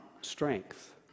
strength